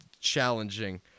challenging